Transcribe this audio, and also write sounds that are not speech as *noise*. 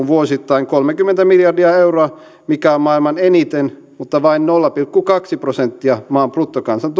*unintelligible* vuosittain kolmekymmentä miljardia euroa mikä on maailman eniten mutta vain nolla pilkku kaksi prosenttia maan bruttokansantuotteesta